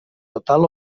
total